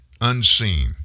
Unseen